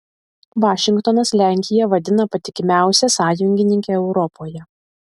vašingtonas lenkiją vadina patikimiausia sąjungininke europoje